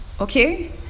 okay